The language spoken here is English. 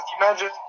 Imagine